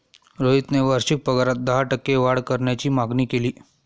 रोहितने वार्षिक पगारात दहा टक्के वाढ करण्याची मागणी केली